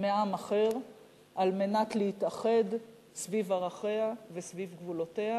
מעם אחר על מנת להתאחד סביב ערכיה וסביב גבולותיה,